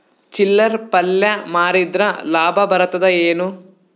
ಚಿಲ್ಲರ್ ಪಲ್ಯ ಮಾರಿದ್ರ ಲಾಭ ಬರತದ ಏನು?